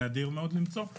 נדיר מאוד למצוא.